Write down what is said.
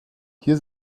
hier